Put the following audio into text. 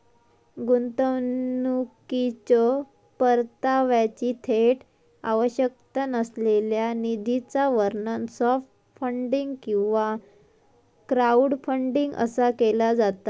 गुंतवणुकीच्यो परताव्याची थेट आवश्यकता नसलेल्या निधीचा वर्णन सॉफ्ट फंडिंग किंवा क्राऊडफंडिंग असा केला जाता